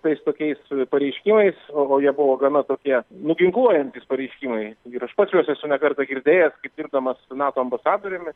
tais tokiais pareiškimais o jie buvo gana tokie nuginkluojantys pareiškimai ir aš pats juos esu ne kartą girdėjęs kaip dirbdamas nato ambasadoriumi